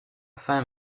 fin